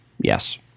Yes